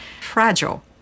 fragile